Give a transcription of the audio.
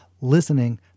Listening